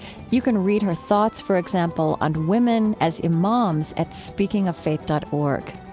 you can read her thoughts, for example, on women as imams at speakingofffaith dot org.